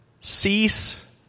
cease